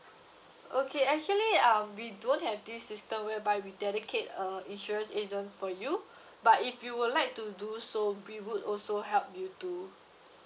okay actually uh we don't have this system whereby we dedicate a insurance agent for you but if you would like to do so we would also help you do